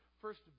first